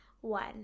one